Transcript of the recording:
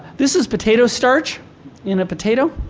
this is potato starch in a potato.